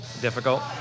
difficult